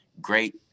great